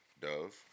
dove